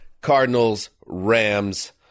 Cardinals-Rams